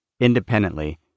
independently